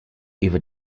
über